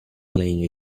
playing